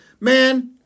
man